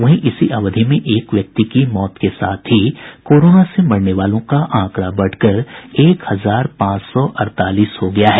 वहीं इसी अवधि में एक व्यक्ति की मौत के साथ ही कोरोना से मरने वालों का आंकड़ा बढ़कर एक हजार पांच सौ अड़तालीस हो गया है